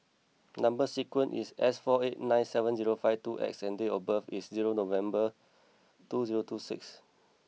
number sequence is S four eight nine seven zero five two X and date of birth is zero November two zero two six